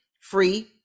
free